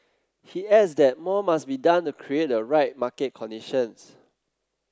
he adds that more must be done to create the right market conditions